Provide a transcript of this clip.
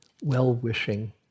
well-wishing